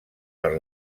per